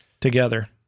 together